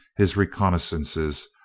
his reconnaissances,